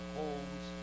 homes